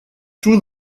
tout